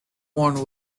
warned